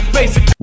basic